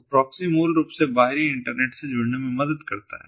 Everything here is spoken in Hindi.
तो प्रॉक्सी मूल रूप से बाहरी इंटरनेट से जुड़ने में मदद करता है